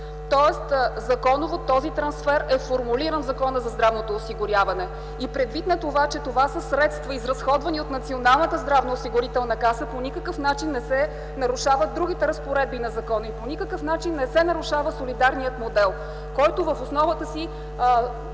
Тоест законово този трансфер е формулиран в Закона за здравното осигуряване. Предвид на това, че това са средства, изразходвани от Националната здравноосигурителна каса, по никакъв начин не се нарушават другите разпоредби на закона и солидарният модел, който в основата си